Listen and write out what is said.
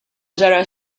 ġara